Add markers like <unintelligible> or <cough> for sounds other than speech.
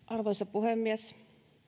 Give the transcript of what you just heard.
<unintelligible> arvoisa puhemies